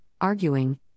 arguing